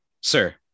Sir